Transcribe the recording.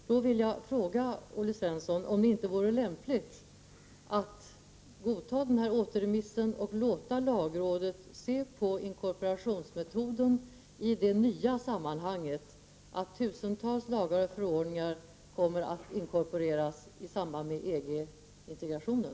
Jag vill fråga Olle Svensson om det inte vore lämpligt att godta yrkandet om återremiss och låta lagrådet se på inkorporationsmetoden i det nya sammanhanget att tusentals lagar och förordningar kommer att inkorporeras i samband med EG-integrationen.